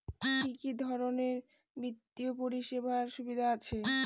কি কি ধরনের বিত্তীয় পরিষেবার সুবিধা আছে?